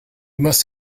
must